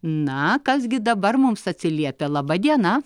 na kas gi dabar mums atsiliepia laba diena